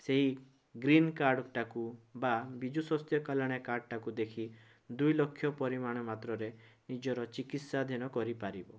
ସେଇ ଗ୍ରୀନ୍ କାର୍ଡ଼୍ଟାକୁ ବା ବିଜୁ ସ୍ଵାସ୍ଥ୍ୟ କଲ୍ୟାଣ କାର୍ଡ଼୍ଟାକୁ ଦେଖି ଦୁଇଲକ୍ଷ ପରିମାଣ ମାତ୍ରରେ ନିଜର ଚିକିତ୍ସାଧିନ କରିପାରିବ